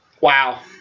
Wow